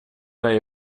dig